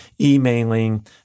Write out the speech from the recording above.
emailing